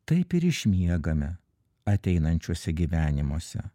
taip ir išmiegame ateinančiuose gyvenimuose